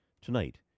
Tonight